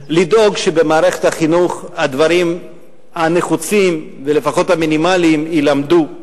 לדאוג שבמערכת החינוך הדברים הנחוצים ולפחות המינימליים יילמדו.